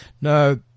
No